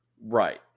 Right